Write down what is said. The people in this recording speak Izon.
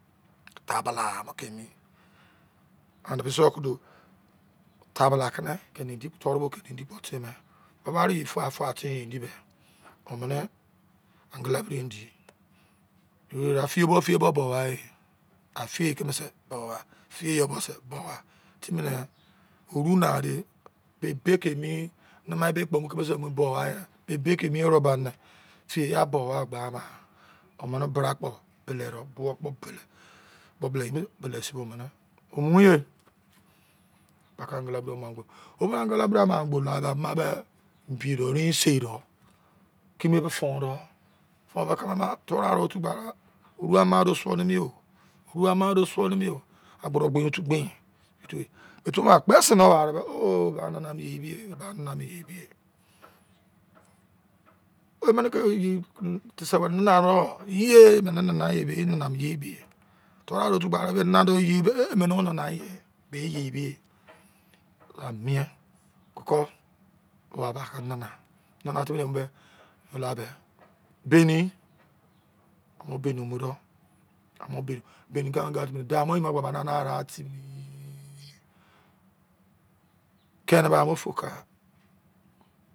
Tabala mo ke emi anemise yo ke do tabala kene mdi toro bokene mdi ke tene bobai erein iye fuai fuai timi mdi be emene. Angala biri mdi ye eh fe ye bo feye bo boai afe ye keme se boai fe ye yo be se ke emi nama ebe kpo keme se mu boai be be ke emi oru ba ne te ya bowa gba ba omene bra kpo pele buwu kpo pele omene bele si be mene o mu ye pai ke angala-biri ma gbo wo mu angala biri ma gbo ama me bi de oru se do kime ke fon do fon de keme ma tu wu aro otu wa ma, oru ama do suo mene yo, oru ama do suo mene yo, agboro gbe otu gbe, me tubo gbese wo na are me oh ba anana mi yei be ba nana mi yei be emene ke yei keme dese were nana ro inye mene nana be yei be tuaro otu gba ro ba nana do mene yei be o mene nana a, be yei be mire mien koko wo ba ke nana nana timi ebe blu abe bami mu bani mu ro ama baini baini ka ka timi dau mo yein a ba amarea timi kine ba mo foca